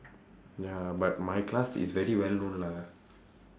ya but my class is very well known lah